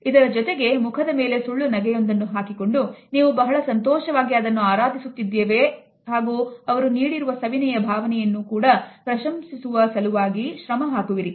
ಇದರ ಜೊತೆಗೆ ಮುಖದ ಮೇಲೆ ಸುಳ್ಳು ನಗೆಯೊಂದನ್ನು ಹಾಕಿಕೊಂಡು ನೀವು ಬಹಳ ಸಂತೋಷವಾಗಿ ಅದನ್ನು ಆರಾಧಿಸುತ್ತಿರುವೆ ಹಾಗೂ ಅವರು ನೀಡಿರುವ ಸವಿನಯ ಭಾವನೆಯನ್ನು ಕೂಡ ಪ್ರಶಂಸಿಸುವ ಸಲುವಾಗಿ ಶ್ರಮ ಹಾಕುವಿರಿ